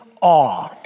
awe